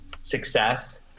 success